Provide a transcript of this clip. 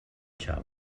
xavo